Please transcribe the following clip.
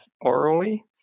orally